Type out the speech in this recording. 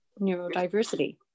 neurodiversity